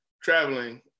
traveling